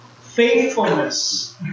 faithfulness